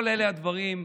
כל הדברים האלה,